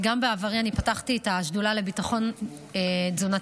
בעברי אני פתחתי את השדולה לביטחון תזונתי